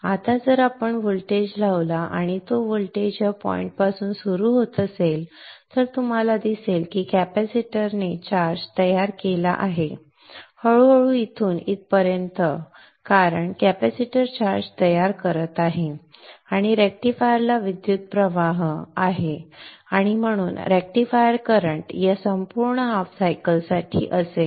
आता जर आपण व्होल्टेज लावला आणि तो व्होल्टेज या बिंदूपासून सुरू होत असेल तर आपल्याला दिसेल की कॅपेसिटरने चार्ज तयार केला आहे हळूहळू इथून इथपर्यंत कारण कॅपेसिटर चार्ज तयार करत आहे आणि रेक्टिफायरला विद्युत प्रवाह आहे आणि म्हणून रेक्टिफायर करंट या संपूर्ण हाफ सायकल साठी असेल